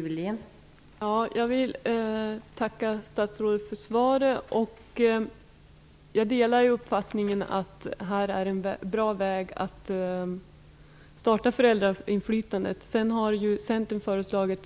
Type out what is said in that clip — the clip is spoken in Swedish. Fru talman! Jag vill tacka statsrådet för svaret. Jag delar uppfattningen att det här är en bra väg att starta föräldrainflytandet. Centern har